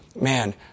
man